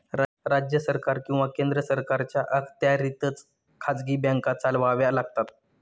राज्य सरकार किंवा केंद्र सरकारच्या अखत्यारीतच खाजगी बँका चालवाव्या लागतात